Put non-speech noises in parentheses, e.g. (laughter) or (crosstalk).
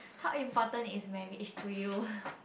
how important is marriage to you (breath)